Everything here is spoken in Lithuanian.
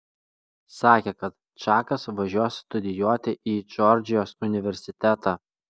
sakė kad čakas važiuos studijuoti į džordžijos universitetą